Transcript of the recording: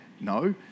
No